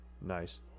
Nice